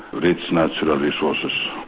but rich natural resources,